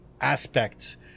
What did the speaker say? aspects